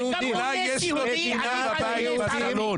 אולי יש לו תמונה בסלון.